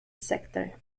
sector